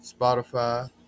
Spotify